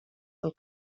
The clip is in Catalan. del